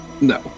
No